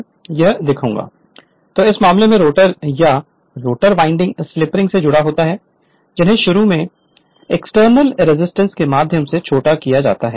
Refer Slide Time 2140 तो इस मामले में रोटर या रोटर वाइंडिंग स्लिप रिंग्स से जुड़ा होता है जिन्हें शुरू में एक्सटर्नल रेजिस्टेंस के माध्यम से छोटा किया जाता है